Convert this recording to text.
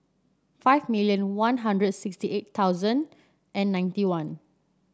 five million One Hundred sixty eight thousand and ninety one